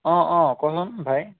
অ অ ক'চোন ভাই